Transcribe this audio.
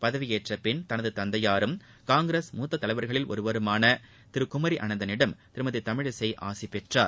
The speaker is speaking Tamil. பதவியேற்றபின் தனது தந்தையாரும் காங்கிரஸ் மூத்த தலைவருமான திரு குமரி ஆனந்தனிடம் திருமதி தமிழிசை ஆசி பெற்றார்